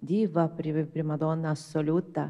diva priv primadona soliuta